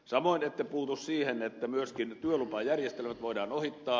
samoin ette puutu siihen että myöskin työlupajärjestelmät voidaan ohittaa